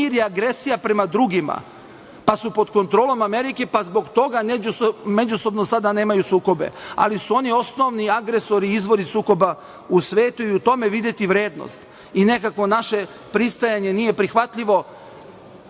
mir je agresija prema drugima, pa su pod kontrolom Amerike, pa zbog toga međusobno sada nemaju sukobe. Ali su oni osnovni agresori i izvori sukoba u svetu i u tome videti vrednost. Nekakvo naše pristajanje nije prihvatljivo